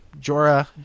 Jorah